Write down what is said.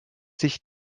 sich